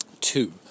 two